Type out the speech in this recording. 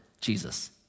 Jesus